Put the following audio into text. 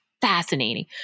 fascinating